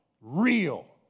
Real